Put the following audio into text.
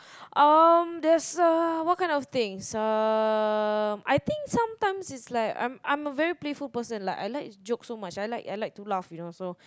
um there's a what kind of things um I think sometimes it's like I'm I'm a very playful person like I like jokes so much I like I like to laugh you know so